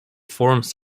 forms